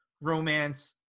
romance